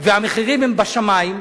והמחירים הם בשמים,